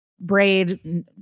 braid